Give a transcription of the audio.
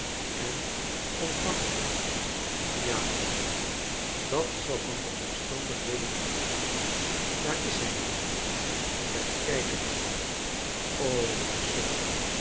en ontvang je hem ja liefste dat zal van de omstandigheden afhangen daar is hij weer bekijk hem nu eens o wat sukkel